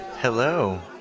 Hello